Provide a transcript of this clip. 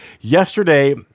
Yesterday